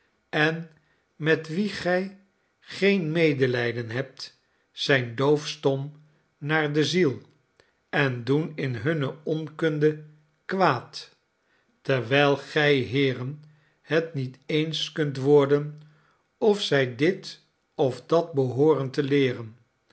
en met wie gij geen medelijden hebt zijn doofstom naar de ziel en doen in hunne onkunde kwaad terwijl gij heeren het niet eens kunt worden of zij dit of dat behoorden te leeren